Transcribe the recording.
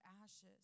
ashes